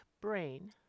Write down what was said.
brain